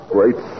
Great